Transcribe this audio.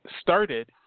started